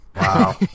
Wow